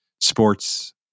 sports